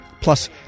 Plus